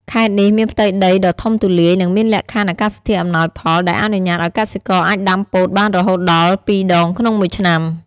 ខេត្តនេះមានផ្ទៃដីដ៏ធំទូលាយ និងមានលក្ខខណ្ឌអាកាសធាតុអំណោយផល ដែលអនុញ្ញាតឱ្យកសិករអាចដាំពោតបានរហូតដល់ ពីរដងក្នុងមួយឆ្នាំ។